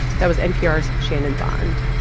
that was npr's shannon bond